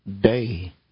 day